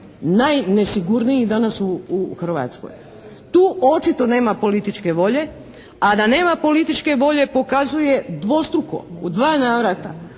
najnesigurniji danas u Hrvatskoj. Tu očito nema političke volje, a da nema političke volje pokazuje dvostruko, u dva navrata